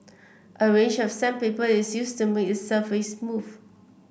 a range of sandpaper is used to make the surface smooth